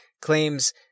claims